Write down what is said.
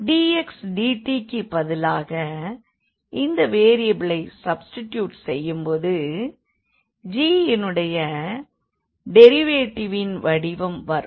dx dtக்குப் பதிலாக அந்த வேரியபிளை சப்ஸ்டிடியுட் செய்யும் போது g யினுடைய டெரிவேடிவின் வடிவில் வரும்